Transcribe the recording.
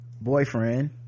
boyfriend